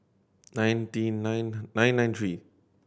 nineteen nine nine nine three